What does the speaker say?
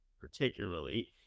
particularly